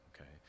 okay